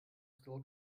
still